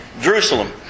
Jerusalem